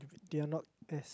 they are not there